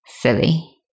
silly